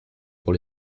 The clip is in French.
pour